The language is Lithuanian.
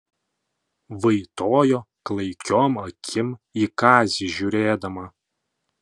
vaitojo klaikiom akim į kazį žiūrėdama